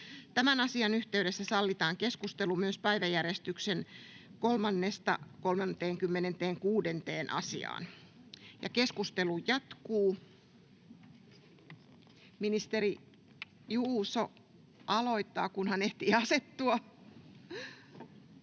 Tämän asian yhteydessä sallitaan keskustelu myös päiväjärjestyksen 3.—36. asiasta. Keskustelu jatkuu. — Ministeri Juuso aloittaa, kunhan ehtii asettua.